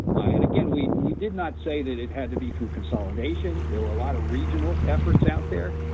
and again, we we did not say that it had to be through consolidation, there were a lot of regional efforts out there,